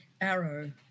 arrow